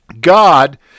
God